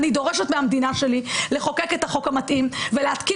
אני דורשת מהמדינה שלי לחוקק את החוק המתאים ולהתקין